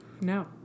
No